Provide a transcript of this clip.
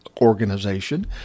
organization